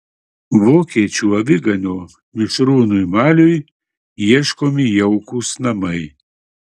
vokiečių aviganio mišrūnui maliui ieškomi jaukūs namai